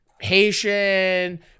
Haitian